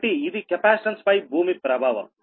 కాబట్టి ఇది కెపాసిటెన్స్ పై భూమి ప్రభావం